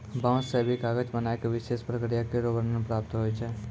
बांस सें भी कागज बनाय क विशेष प्रक्रिया केरो वर्णन प्राप्त होय छै